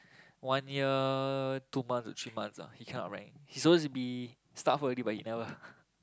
one year two months to three months ah he cannot outrank he supposed to be start first already but he never